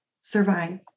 survive